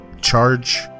charge